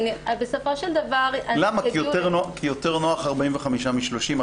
כי יותר נוח 45 מ-30?